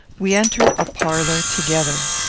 we entered a parlour together.